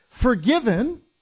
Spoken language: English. forgiven